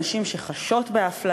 על נתונים של נשים שחשות באפליה,